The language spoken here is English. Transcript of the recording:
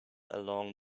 along